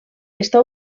està